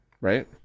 right